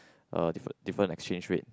uh diff~ different exchange rate